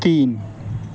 تین